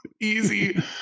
easy